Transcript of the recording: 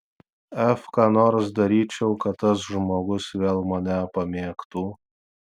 f ką nors daryčiau kad tas žmogus vėl mane pamėgtų